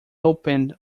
opened